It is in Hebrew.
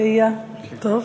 ראייה, טוב.